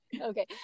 okay